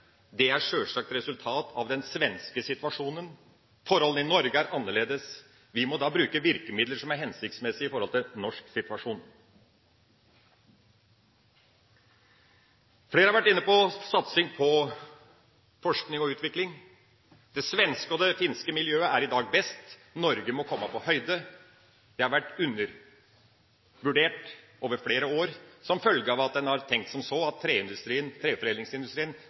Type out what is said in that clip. Det er sjølsagt et resultat av den svenske situasjonen. Forholdene i Norge er annerledes. Vi må derfor bruke virkemidler som er hensiktsmessige i forhold til en norsk situasjon. Flere har vært inne på satsing på forskning og utvikling. Det svenske og det finske miljøet er i dag best. Norge må komme på høyden. Vi har vært undervurdert over flere år som følge av at en har tenkt